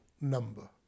number